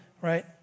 Right